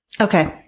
Okay